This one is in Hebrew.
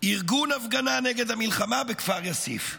ארגון הפגנה נגד המלחמה בכפר יאסיף.